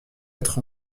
être